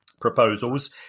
proposals